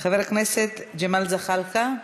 חברת הכנסת מיכל בירן,